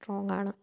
സ്ട്രോങ്ങാണ്